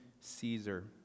Caesar